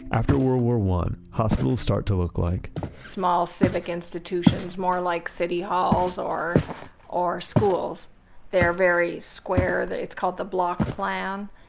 after world war one hospitals start to look like small civic institutions more like city halls or or schools they're very square that it's called the block plan.